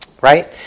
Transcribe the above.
Right